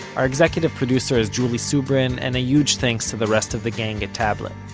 our executive producer is julie subrin and a huge thanks to the rest of the gang at tablet.